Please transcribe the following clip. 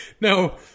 Now